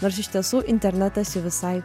nors iš tiesų internetas jau visai